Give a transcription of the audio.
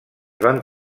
van